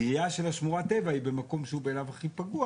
הגריעה של השמורת טבע היא במקום שהוא בעיניו הכי פגוע,